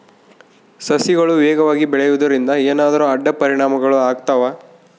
ಸಸಿಗಳು ವೇಗವಾಗಿ ಬೆಳೆಯುವದರಿಂದ ಏನಾದರೂ ಅಡ್ಡ ಪರಿಣಾಮಗಳು ಆಗ್ತವಾ?